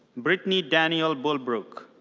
brittany danielle bulbrook.